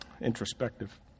introspective